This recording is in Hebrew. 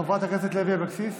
חברת הכנסת לוי אבקסיס,